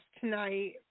tonight